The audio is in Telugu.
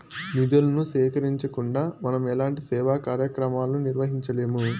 నిధులను సేకరించకుండా మనం ఎలాంటి సేవా కార్యక్రమాలను నిర్వహించలేము